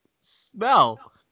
smell